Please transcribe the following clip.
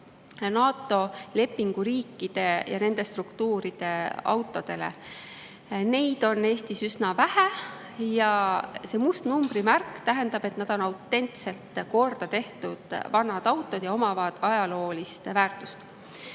NATO lepingu riikide ja nende struktuuride autod. Neid on Eestis üsna vähe ja see must numbrimärk tähendab, et need on autentselt korda tehtud vanad autod ja omavad ajaloolist väärtust.